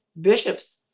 bishops